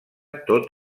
tot